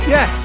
Yes